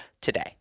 today